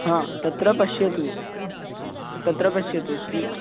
हा तत्र पश्यतु तत्र पश्यतु स्रि